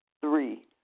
Three